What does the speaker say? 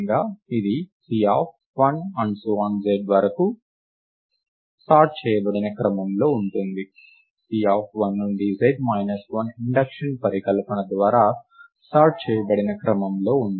z నుండి వరకు sort చేయబడిన క్రమంలో ఉంటుంది C1 నుండి z మైనస్ 1 ఇండక్షన్ పరికల్పన ద్వారా సార్ట్ చేయబడిన క్రమంలో ఉంది